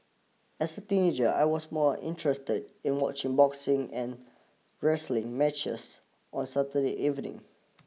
as a teenager I was more interested in watching boxing and wrestling matches on Saturday evening